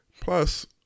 Plus